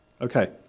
Okay